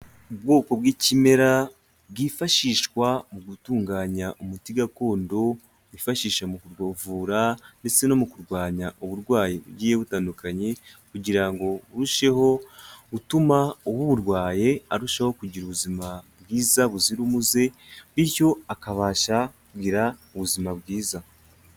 Ubwoko bw'ikimera bwifashishwa mu gutunganya umuti gakondo bifashisha mu kugovura ndetse no mu kurwanya uburwayi bugiye butandukanye kugira ngo burusheho gutuma uburwaye arushaho kugira ubuzima bwiza buzira umuze, bityo akabasha kugira ubuzima bwiza.